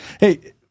Hey